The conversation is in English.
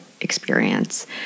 experience